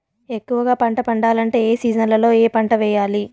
ఎక్కువగా పంట పండాలంటే ఏ సీజన్లలో ఏ పంట వేయాలి